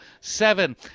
seven